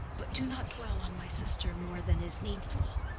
but do not dwell on my sister more than is needful.